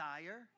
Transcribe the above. desire